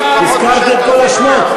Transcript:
הזכרתי את כל השמות.